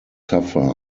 suffer